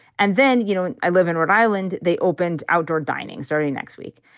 and then, you know, i live in rhode island. they opened outdoor dining. starting next week.